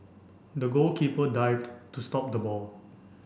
the goalkeeper dived to stop the ball